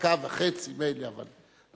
דקה וחצי, מילא, אבל.